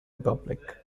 republic